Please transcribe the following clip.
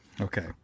Okay